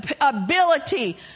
ability